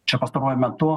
čia pastaruoju metu